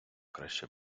краще